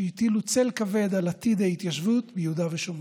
שהטילו צל כבד על עתיד ההתיישבות ביהודה ושומרון.